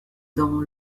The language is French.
dans